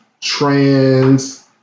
trans